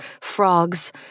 frogs